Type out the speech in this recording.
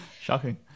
Shocking